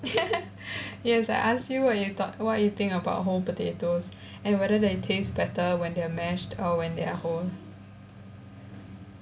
yes I asked you what you thought what you think about whole potatoes and whether that it taste better when they are mashed or when they are whole